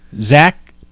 Zach